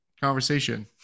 conversation